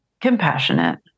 Compassionate